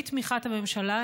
בתמיכת הממשלה,